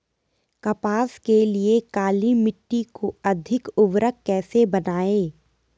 कपास के लिए काली मिट्टी को अधिक उर्वरक कैसे बनायें?